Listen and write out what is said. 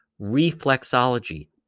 reflexology